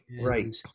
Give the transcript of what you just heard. right